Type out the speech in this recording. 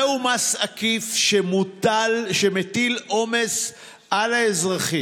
וזה מס עקיף שמטיל עומס על האזרחים.